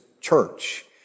church